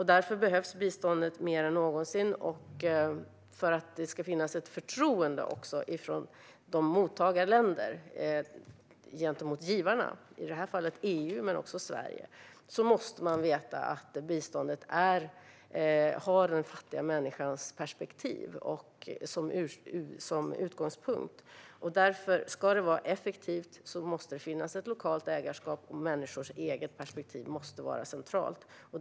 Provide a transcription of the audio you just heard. Därför behövs biståndet mer än någonsin. För att det också ska finnas ett förtroende från mottagarländerna gentemot givarna, i detta fall EU men också Sverige, måste man veta att biståndet har den fattiga människans perspektiv som utgångspunkt. Därför måste det finnas ett lokalt ägarskap om det ska vara effektivt, och människors eget perspektiv måste vara centralt.